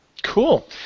Cool